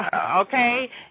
Okay